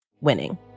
winning